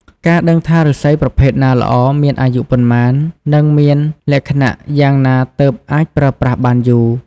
ការដឹងថាឫស្សីប្រភេទណាល្អ មានអាយុប៉ុន្មាន និងមានលក្ខណៈយ៉ាងណាទើបអាចប្រើប្រាស់បានយូរ។